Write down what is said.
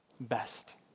best